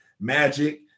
Magic